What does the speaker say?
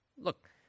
Look